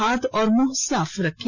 हाथ और मुंह साफ रखें